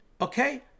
okay